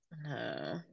no